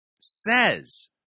says